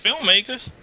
filmmakers